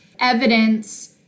evidence